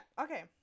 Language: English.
Okay